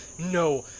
No